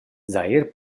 eir